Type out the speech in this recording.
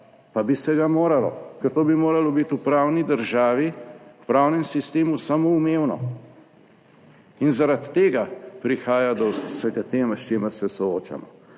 pa bi se ga moralo, ker to bi moralo biti v pravni državi, v pravnem sistemu samoumevno. In zaradi tega prihaja do vsega tega, s čimer se soočamo.